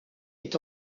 est